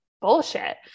bullshit